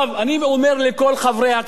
אני אומר לכל חברי הכנסת,